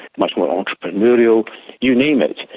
much more entrepreneurial you name it,